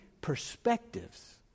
perspectives